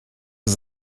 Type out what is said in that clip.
ist